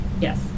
Yes